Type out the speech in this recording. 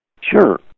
Sure